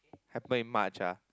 happen in March ah